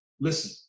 listen